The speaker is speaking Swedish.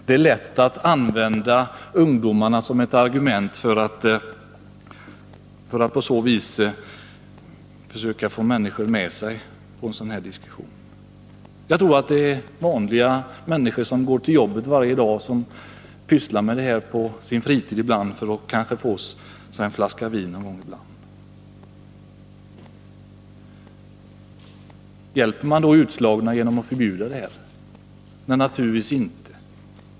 Det är lätt att använda ungdomarna som ett argument för att på så vis försöka få människor med sig på en sådan här diskussion. Jag tror att det är vanliga människor, som går till jobbet varje dag, som ibland pysslar med detta på sin fritid, för att kanske få sig en flaska vin någon gång ibland. Hjälper man då utslagna genom att förbjuda snabbvinsatserna? Naturligtvis inte.